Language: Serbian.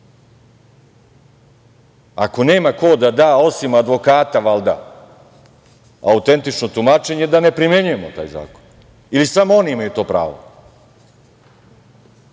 ako nema ko da da, osim advokata valjda, autentično tumačenje, da ne primenjujemo taj zakon, ili samo oni imaju to pravo. Druga